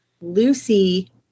Lucy